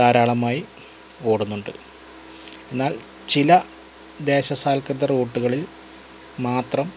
ധാരാളമായി ഓടുന്നുണ്ട് എന്നാൽ ചില ദേശ റൂട്ടുകളിൽ മാത്രം